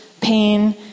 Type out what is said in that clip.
pain